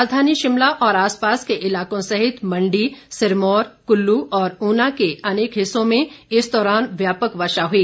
राजधानी शिमला और आसपास के इलाकों सहित मण्डी सिरमौर कुल्लू और ऊना के अनेक हिस्सों में इस दौरान व्यापक वर्षा हुई